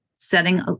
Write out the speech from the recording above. Setting